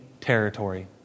territory